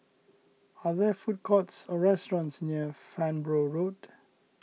are there food courts or restaurants near Farnborough Road